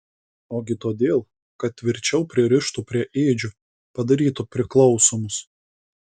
ogi todėl kad tvirčiau pririštų prie ėdžių padarytų priklausomus